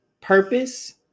purpose